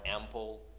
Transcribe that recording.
ample